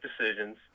decisions